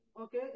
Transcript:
Okay